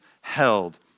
held